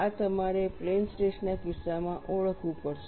આ તમારે plane stress ના કિસ્સામાં ઓળખવું પડશે